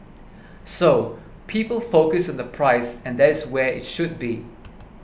so people focus on the price and that is where it should be